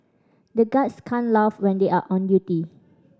the guards can't laugh when they are on duty